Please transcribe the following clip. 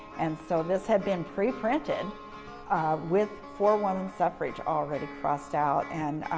and so this had been pre-printed with for women suffrage already crossed out. and,